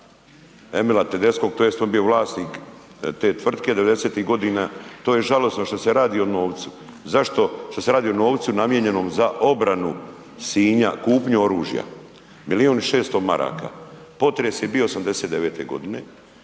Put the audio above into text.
Emila Tedeskog tj. on je bio vlasnik te tvrtke '90.-tih godina, to je žalosno što se radi o novcu, zašto, što se radi o novcu namijenjenom za obranu Sinja, kupnju oružja, milijun i 600 maraka, potres je bio '89.g.